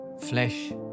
flesh